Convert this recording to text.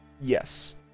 Yes